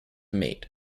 mate